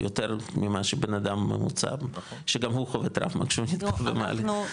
יותר ממה שבנאדם ממוצע שגם הוא חווה טראומה כשהוא נתקע במעלית.